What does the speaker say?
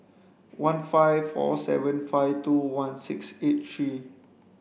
one five four seven five two one six eight three